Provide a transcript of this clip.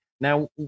Now